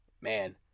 Man